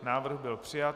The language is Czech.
Návrh byl přijat.